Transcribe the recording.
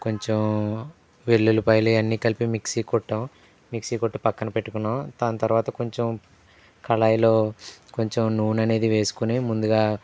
కొంచెం వెల్లుల్లిపాయలు ఇయన్ని కలిపి మిక్సి కొట్టాం మిక్సి కొట్టి పక్కన పెట్టుకున్నాం దాని తర్వాత కొంచెం కళాయిలో కొంచెం నూనె అనేది వేసుకుని ముందుగా